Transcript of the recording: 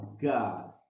god